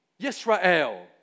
Yisrael